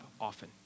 often